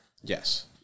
Yes